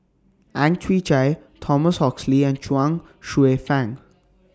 Ang Chwee Chai Thomas Oxley and Chuang Hsueh Fang